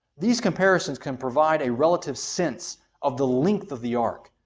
these comparisons can provide a relative sense of the length of the ark,